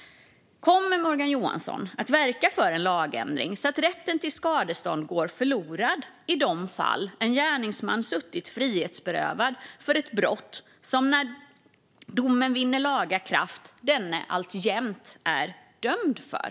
Kommer Morgan Johansson att verka för en lagändring så att rätten till skadestånd går förlorad i de fall en gärningsman suttit frihetsberövad för ett brott som denne när domen vinner laga kraft alltjämt är dömd för?